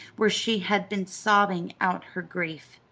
where she had been sobbing out her grief.